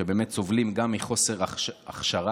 שבאמת סובלים גם מחוסר הכשרה.